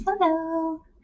Hello